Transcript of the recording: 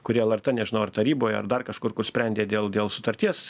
kurie lrt nežinau ar taryboj ar dar kažkur kur sprendė dėl dėl sutarties